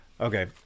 Okay